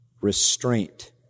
restraint